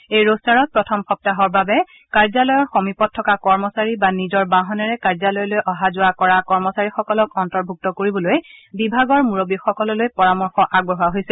এই ৰোস্তাৰত প্ৰথম সপ্তাহৰ বাবে কাৰ্যালয়ৰ সমীপত থকা কৰ্মচাৰী বা নিজৰ বাহনেৰে কাৰ্যালয়লৈ অহা যোৱা কৰ্মচাৰীসকলক অন্তৰ্ভুক্ত কৰিবলৈ বিভাগৰ মূৰববীসকললৈ পৰামৰ্শ আগবঢ়োৱা হৈছে